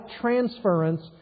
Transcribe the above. transference